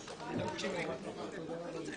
רבה.